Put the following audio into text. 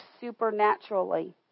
supernaturally